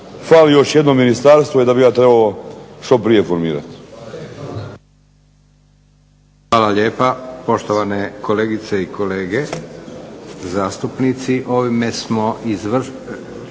fali još jedno ministarstvo i da bi ga trebalo što prije formirati. **Leko, Josip (SDP)** Hvala lijepa. Poštovane kolegice i kolege zastupnici, ovime smo iscrpli